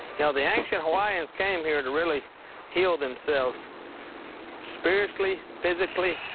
you know the ancient hawaiians came here to really heal themselves spiritually, physically,